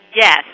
Yes